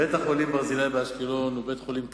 בית-החולים "ברזילי" באשקלון הוא בית-חולים קדמי,